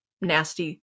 nasty